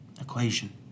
equation